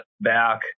back